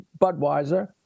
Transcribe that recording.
Budweiser